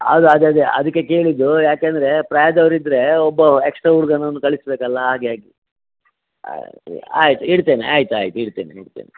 ಅದು ಅದು ಅದೇ ಅದಕ್ಕೆ ಕೇಳಿದ್ದು ಯಾಕಂದ್ರೆ ಪ್ರಾಯದವ್ರು ಇದ್ರೆ ಒಬ್ಬ ಎಕ್ಸ್ಟ್ರಾ ಹುಡುಗನನ್ನು ಕಳಿಸಬೇಕಲ್ಲಾ ಹಾಗಾಗಿ ಆಯಿತು ಇಡ್ತೇನೆ ಆಯ್ತಾಯಿತು ಇಡ್ತೇನೆ ಇಡ್ತೇನೆ